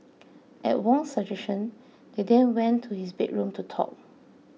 at Wong's suggestion they then went to his bedroom to talk